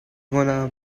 gonna